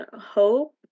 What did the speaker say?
hope